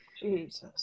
Jesus